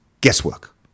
guesswork